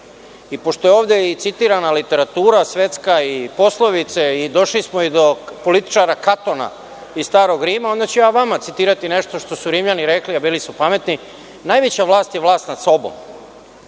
je ovde i citirana literatura i svetska i poslovice, i došli smo i do političara Katona iz Starog Rima, onda ću ja vama citirati nešto što su Rimljani rekli, a bili su pametni „Najveća vlast je vlast nad sobom“.